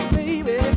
baby